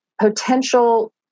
potential